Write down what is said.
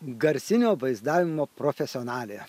garsinio vaizdavimo profesionalė